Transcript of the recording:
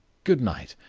good night.